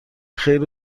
خیر